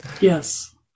Yes